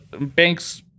banks